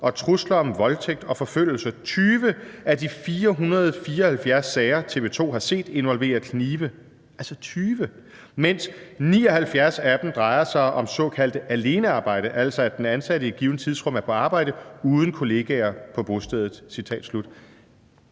og trusler om voldtægt eller forfølgelse. 20 af de 474 sager, TV 2 har set, involverer knive« – altså 20 – »mens 79 af dem drejer sig om såkaldt alenearbejde – altså at den ansatte i et givent tidsrum er på arbejde uden kollegaer på bostedet.«